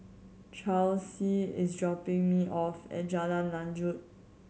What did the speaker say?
Charlsie is dropping me off at Jalan Lanjut